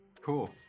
Cool